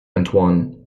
antoine